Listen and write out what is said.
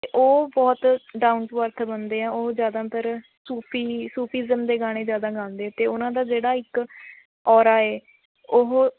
ਅਤੇ ਉਹ ਬਹੁਤ ਡਾਊਨ ਟੂ ਅਰਥ ਬੰਦੇ ਹੈ ਉਹ ਜ਼ਿਆਦਾਤਰ ਸੂਫ਼ੀ ਸੂਫ਼ੀਜਮ ਦੇ ਗਾਣੇ ਜ਼ਿਆਦਾ ਗਾਉਂਦੇ ਅਤੇ ਉਹਨਾਂ ਦਾ ਜਿਹੜਾ ਇੱਕ ਔਰਾ ਏ ਉਹ